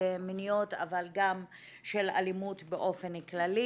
מיניות אבל גם של אלימות באופן כללי.